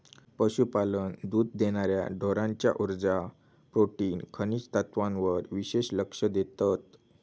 पशुपालक दुध देणार्या ढोरांच्या उर्जा, प्रोटीन, खनिज तत्त्वांवर विशेष लक्ष देतत